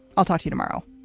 i'll talk to you tomorrow